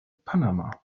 panama